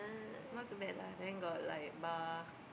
not too bad lah then got like bar